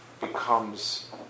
becomes